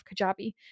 Kajabi